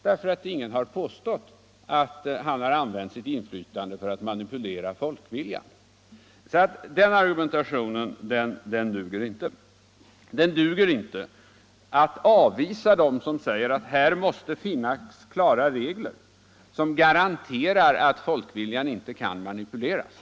Ingen har nämligen påstått att han använt sitt inflytande för att manipulera folkviljan. Den argumentationen duger — Nr 7 inte för att avvisa dem som säger att det måste finnas klara regler som Onsdagen den garanterar att folkviljan inte kan manipuleras.